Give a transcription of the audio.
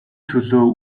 төлөө